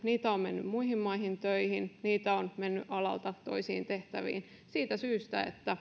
heitä on mennyt muihin maihin töihin heitä on mennyt alalta toisiin tehtäviin siitä syystä että